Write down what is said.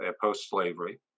post-slavery